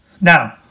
Now